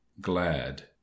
Glad